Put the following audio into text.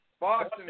Boston